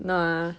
nah